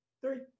Three